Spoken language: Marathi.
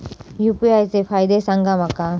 यू.पी.आय चे फायदे सांगा माका?